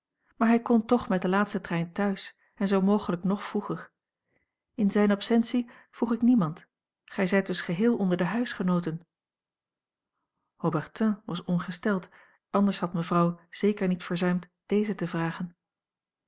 maar hij komt toch met den laatsten trein thuis en zoo mogelijk ng vroeger in zijn absentie vroeg ik niemand gij zijt dus geheel onder de huisgenooten haubertin was ongesteld anders had mevrouw zeker niet verzuimd deze te vragen